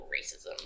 racism